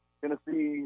Tennessee